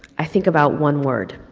i think about one word,